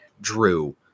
Drew